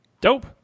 Dope